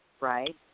right